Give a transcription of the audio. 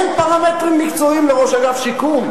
אין פרמטרים מקצועיים לראש אגף שיקום.